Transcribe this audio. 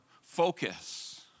focus